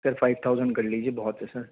سر five thousand کر لیجئے بہت ہے سر